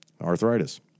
Arthritis